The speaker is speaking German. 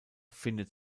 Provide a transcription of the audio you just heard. findet